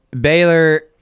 Baylor